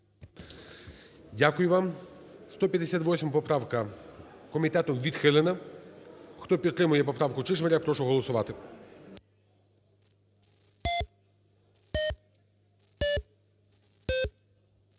Дякую вам. 158 поправка комітетом відхилена. Хто підтримує поправку Чижмаря, прошу голосувати.